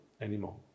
anymore